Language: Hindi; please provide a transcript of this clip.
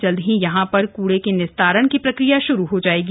जल्द ही यहां पर कूड़े के निस्तारण की प्रक्रिया श्रू हो जाएगी